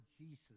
Jesus